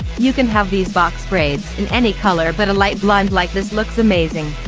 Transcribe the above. you can have these box braids in any color but a light blonde like this looks amazing.